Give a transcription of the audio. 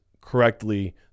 correctly